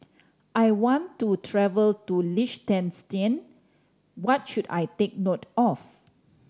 I want to travel to Liechtenstein what should I take note of